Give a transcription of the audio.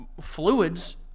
fluids